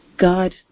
God